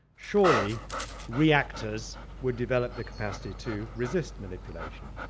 surely reactors would develop the capacity to resist manipulation.